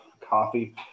coffee